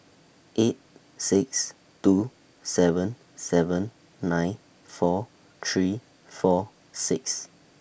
eight six two seven seven nine four three four six